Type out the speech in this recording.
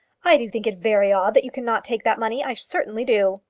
i do think it very odd that you cannot take that money i certainly do,